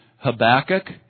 Habakkuk